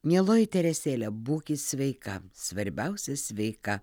mieloji teresėle būkit sveika svarbiausia sveika